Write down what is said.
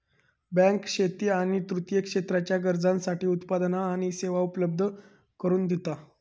bank शेती आणि तृतीय क्षेत्राच्या गरजांसाठी उत्पादना आणि सेवा उपलब्ध करून दिता